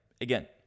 again